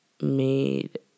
made